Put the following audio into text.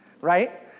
Right